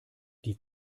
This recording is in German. die